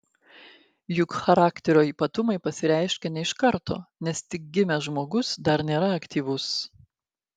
juk charakterio ypatumai pasireiškia ne iš karto nes tik gimęs žmogus dar nėra aktyvus